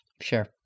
Sure